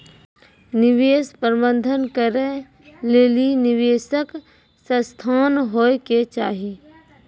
निवेश प्रबंधन करै लेली निवेशक संस्थान होय के चाहि